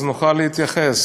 אז נוכל להתייחס.